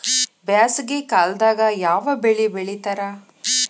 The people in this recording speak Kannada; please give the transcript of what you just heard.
ಬ್ಯಾಸಗಿ ಕಾಲದಾಗ ಯಾವ ಬೆಳಿ ಬೆಳಿತಾರ?